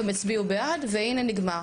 הם הצביעו בעד והנה זה נגמר.